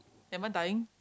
am I dying